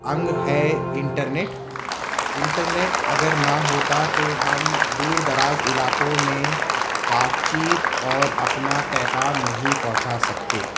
انگ ہے internet internet اگر نہ ہوتا تو ہم دور دراز علاقوں میں بات چیت اور اپنا پیغام نہیں پہنچا سکتے